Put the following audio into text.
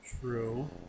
True